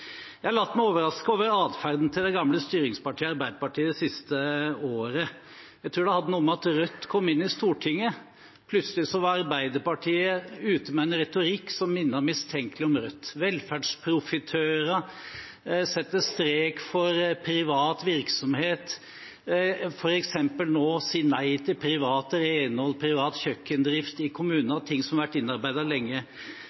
Jeg har latt meg overraske over adferden til det gamle styringspartiet Arbeiderpartiet det siste året. Jeg tror det har noe å gjøre med at Rødt kom inn i Stortinget. Plutselig var Arbeiderpartiet ute med en retorikk som minnet mistenkelig om Rødt: velferdsprofitører, sette strek for privat virksomhet, f.eks. nå å si nei til privat renhold, privat kjøkkendrift i